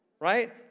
right